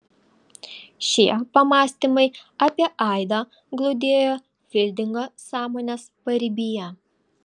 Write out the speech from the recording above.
šie pamąstymai apie aidą glūdėjo fildingo sąmonės paribyje